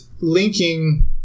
linking